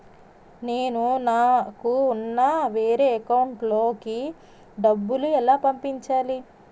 నేను నాకు ఉన్న వేరే అకౌంట్ లో కి డబ్బులు ఎలా పంపించాలి?